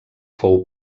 fou